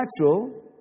natural